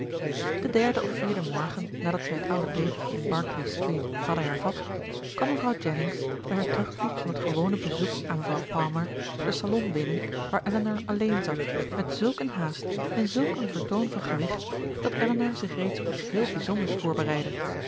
den derden of vierden morgen nadat zij het oude leventje in berkeley street hadden hervat kwam mevrouw jennings bij haar terugkomst van het gewone bezoek aan mevrouw palmer den salon binnen waar elinor alleen zat met zulk een haast en zulk een vertoon van gewicht dat elinor zich reeds op iets heel bijzonders voorbereidde